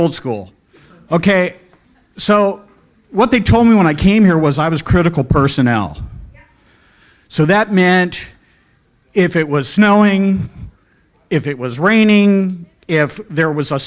old school ok so what they told me when i came here was i was critical personnel so that meant if it was snowing if it was raining if there was a